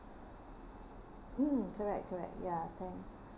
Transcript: mm correct correct ya thanks